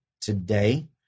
today